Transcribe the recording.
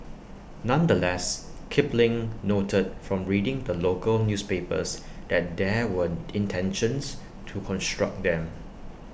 nonetheless Kipling noted from reading the local newspapers that there were intentions to construct them